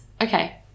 Okay